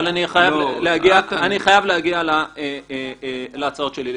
אבל אני חייב להגיע להצעות שלי לתיקון.